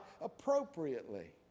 appropriately